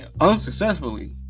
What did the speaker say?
unsuccessfully